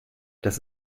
dass